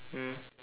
mm